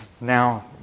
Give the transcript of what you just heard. Now